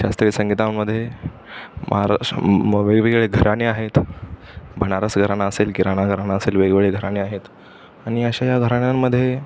शास्त्रीय संगीतांमध्ये महाराष्ट्र वेगवेगळे घराणे आहेत बनारस घराणा असेल किराणा घराणा असेल वेगवेगळे घराणे आहेत आणि अशा या घराण्यांमध्ये